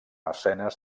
escenes